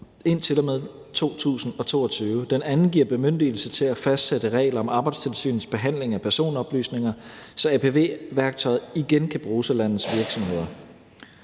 til og med 2022. Den anden giver bemyndigelse til at fastsætte regler om Arbejdstilsynets behandling af personoplysninger, så apv-værktøjet igen kan bruges af landets virksomheder.